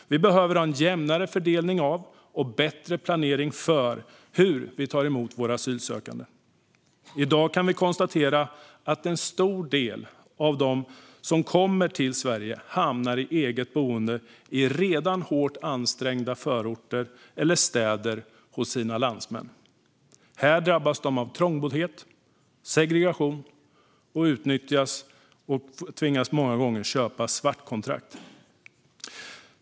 Vi behöver ha en jämnare fördelning av och bättre planering för hur vi tar emot våra asylsökande. I dag kan vi konstatera att en stor del av dem som kommer till Sverige hamnar i eget boende hos sina landsmän i redan hårt ansträngda förorter eller städer. Här drabbas de av trångboddhet och segregation, och de utnyttjas genom att de många gånger tvingas köpa svartkontrakt.